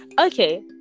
Okay